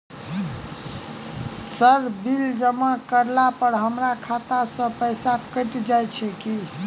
Sir bill जमा करला पर हमरा खाता सऽ पैसा कैट जाइत ई की?